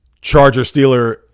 Charger-Steeler